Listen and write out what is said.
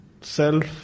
self